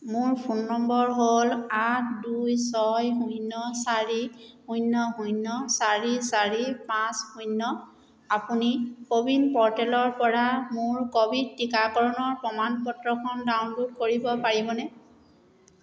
মোৰ phone number হ'ল আঠ দুই ছয় শূন্য চাৰি শূন্য শূন্য চাৰি চাৰি পাঁচ শূন্য আপুনি কো ৱিন প'ৰ্টেলৰপৰা মোৰ ক'ভিড টীকাকৰণৰ প্ৰমাণপত্ৰখন ডাউনল'ড কৰিব পাৰিবনে